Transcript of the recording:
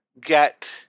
get